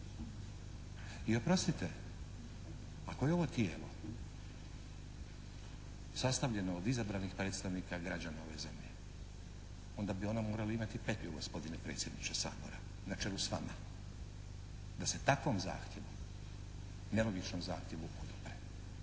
I oprostite, ako je ovo tijelo sastavljeno od izabranih predstavnika građana ove zemlje onda bi ona morala imati petlju gospodine predsjedniče Sabora na čelu s vama da se takvom zahtjevu, nelogičnom zahtjevu …/Govornik